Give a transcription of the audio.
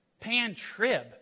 pan-trib